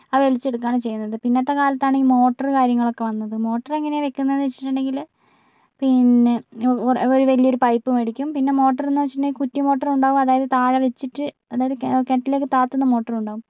അത് വലിച്ചെടുക്കുവാണ് ചെയ്യുന്നത് പിന്നത്തെ കാലത്താണ് ഈ മോട്ടർ കാര്യങ്ങളൊക്കെ വന്നത് മോട്ടർ എങ്ങനെയാ വെക്കുന്നേന്നുവെച്ചിട്ടുണ്ടെങ്കില് പിന്നെ ഒരു വലിയൊരു പൈപ്പ് മേടിക്കും പിന്നെ മോട്ടർന്നുവെച്ചിട്ടുണ്ടെങ്കിൽ കുറ്റിമോട്ടർ ഉണ്ടാവും അതായത് താഴെ വെച്ചിട്ട് അതായത് കിണറ്റിലേക്ക് താത്തുന്ന മോട്ടർ ഉണ്ടാവും